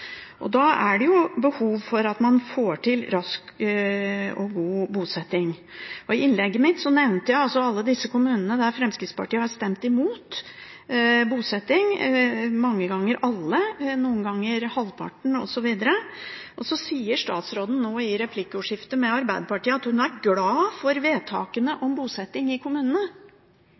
er det behov for å få til rask bosetting. I innlegget mitt nevnte jeg alle de kommunene der Fremskrittspartiet har stemt imot bosetting, mange ganger alle, noen ganger halvparten, osv. Nå sier statsråden i replikkordskiftet med Arbeiderpartiet at hun er glad for vedtakene om bosetting i kommunene.